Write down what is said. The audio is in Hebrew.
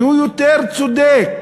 שהוא יותר צודק,